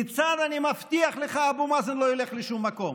ניצן, אני מבטיח לך, אבו מאזן לא ילך לשום מקום.